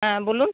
হ্যাঁ বলুন